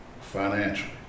financially